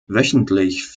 wöchentlich